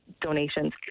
donations